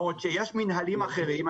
בעוד שיש מינהלים אחרים,